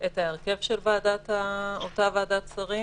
את ההרכב של אותה ועדת שרים.